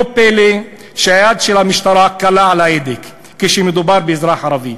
לא פלא שהיד של המשטרה קלה על ההדק כשמדובר באזרח ערבי.